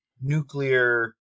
nuclear